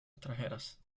extranjeras